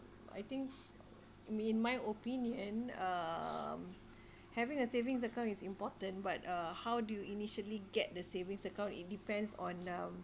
I think f~ mm in my opinion um having a savings account is important but uh how do you initially get the savings account it depends on um